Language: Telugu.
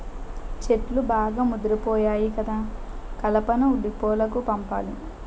చెట్లు బాగా ముదిపోయాయి కదా కలపను డీపోలకు పంపాలి